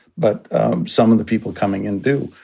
but some of the people coming in do.